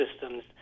systems